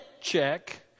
check